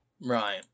Right